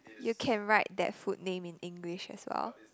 you can write that food name in English as well